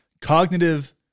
cognitive